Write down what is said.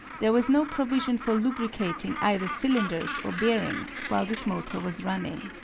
there was no provision for lubricating either cylinders or bearings while this motor was running.